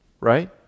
right